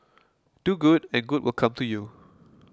do good and good will come to you